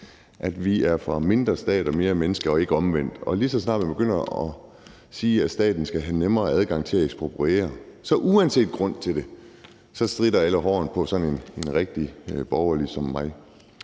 vi er for mindre stat og mere menneske og ikke omvendt, og lige så snart man begynder at sige, at staten skal have nemmere adgang til at ekspropriere – uanset grunden til det – så stritter alle hårene på sådan en rigtig borgerlig som mig.